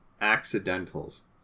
accidentals